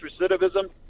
recidivism